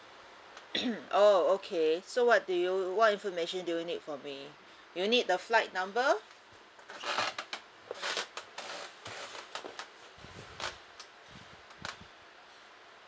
orh okay so what do you what information do you need from me do you need the flight number